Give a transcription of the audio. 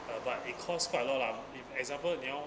uh but it cost quite a lot lah if example 你要